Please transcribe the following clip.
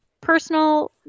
personal